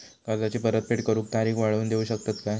कर्जाची परत फेड करूक तारीख वाढवून देऊ शकतत काय?